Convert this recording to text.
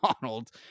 Donald